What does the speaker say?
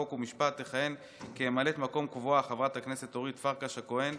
חוק ומשפט תכהן כממלאת מקום קבועה חברת הכנסת אורית פרקש הכהן.